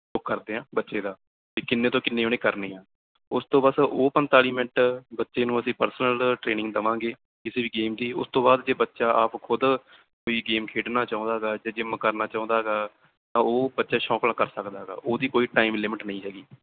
ਉਹ ਕਰਦੇ ਹਾਂ ਬੱਚੇ ਦਾ ਵੀ ਕਿੰਨੇ ਤੋਂ ਕਿੰਨੇ ਓਹਣੇ ਕਰਨੀ ਆ ਉਸ ਤੋਂ ਬਸ ਉਹ ਪੰਜਤਾਲੀ ਮਿੰਟ ਬੱਚੇ ਨੂੰ ਅਸੀਂ ਪਰਸਨਲ ਟ੍ਰੇਨਿੰਗ ਦਵਾਂਗੇ ਕਿਸੇ ਵੀ ਗੇਮ ਦੀ ਉਸ ਤੋਂ ਬਾਅਦ ਜੇ ਬੱਚਾ ਆਪ ਖੁਦ ਕੋਈ ਗੇਮ ਖੇਡਣਾ ਚਾਹੁੰਦਾ ਗਾ ਜਾਂ ਜਿੰਮ ਕਰਨਾ ਚਾਹੁੰਦਾ ਗਾ ਤਾਂ ਉਹ ਬੱਚਾ ਸ਼ੌਕ ਨਾਲ ਕਰ ਸਕਦਾ ਹੈਗਾ ਉਹਦੀ ਕੋਈ ਟਾਈਮ ਲਿਮਿਟ ਨਹੀਂ ਹੈਗੀ